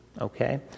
okay